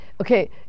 okay